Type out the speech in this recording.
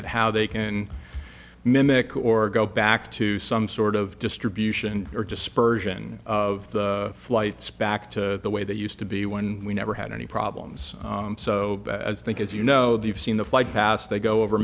at how they can mimic or go back to some sort of distribution or dispersion of flights back to the way they used to be when we never had any problems so as i think it's you know they've seen the flight pass they go over